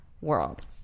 world